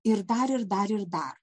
ir dar ir dar ir dar